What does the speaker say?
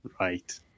right